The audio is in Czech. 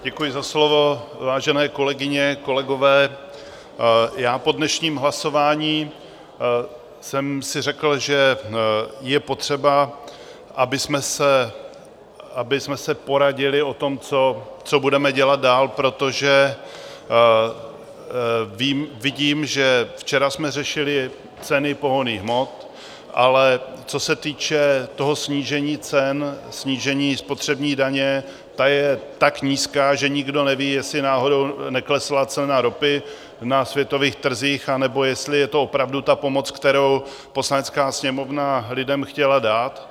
Děkuji za slovo, vážené kolegyně, kolegové, po dnešním hlasování jsem si řekl, že je potřeba, abychom se poradili o tom, co budeme dělat dál, protože vidím, že včera jsme řešili ceny pohonných hmot, ale co se týče snížení cen, snížení spotřební daně, ta je tak nízká, že nikdo neví, jestli náhodou neklesla cena ropy na světových trzích, anebo jestli je to opravdu ta pomoc, kterou Poslanecká sněmovna lidem chtěla dát.